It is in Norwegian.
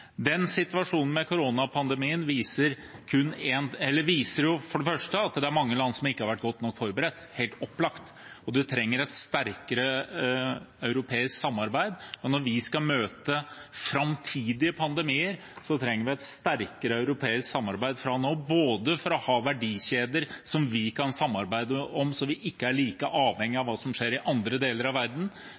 Situasjonen med koronapandemien viser – helt opplagt – at det er mange land som ikke har vært godt nok forberedt, og man trenger et sterkere europeisk samarbeid. Når vi skal møte framtidige pandemier, trenger vi et sterkere europeisk samarbeid – både for å ha verdikjeder som vi kan samarbeide om, så vi ikke er like avhengig av hva som skjer i andre deler av verden,